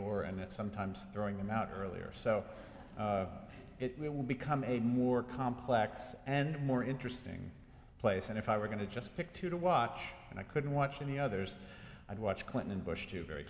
or and that sometimes throwing them out earlier so it will become a more complex and more interesting place and if i were going to just pick two to watch and i could watch any others i'd watch clinton and bush two very